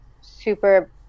super